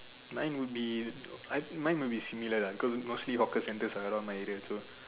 mine would be I mine would be similar lah cause mostly hawker centres are around my area so